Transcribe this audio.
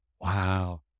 Wow